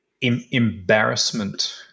embarrassment